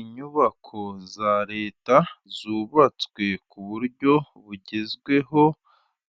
Inyubako za Leta zubatswe ku buryo bugezweho